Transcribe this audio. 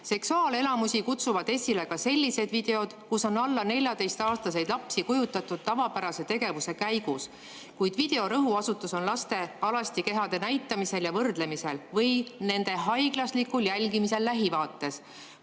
"Seksuaalelamusi kutsuvad esile ka sellised videod, kus on alla 14-aastaseid lapsi kujutatud tavapärase tegevuse käigus, kuid video rõhuasetus on laste alasti kehade näitamisel ja võrdlemisel või nende haiglaslikul jälgimisel lähivaates.